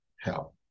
help